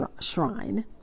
shrine